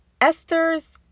Esther's